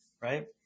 right